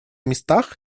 местах